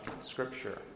scripture